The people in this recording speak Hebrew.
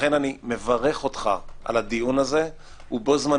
לכן אני מברך אותך על הדיון הזה ובו-זמנית